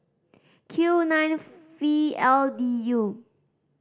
Q nine V L D U